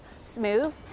smooth